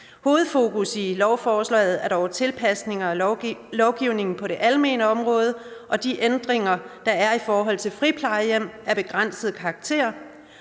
Hovedfokus i lovforslaget er dog tilpasninger af lovgivningen på det almene område og de ændringer, der er vedrørende friplejehjem af begrænset karakter.